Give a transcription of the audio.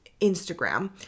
Instagram